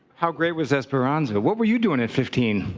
how great was esperanza? what were you doing at fifteen?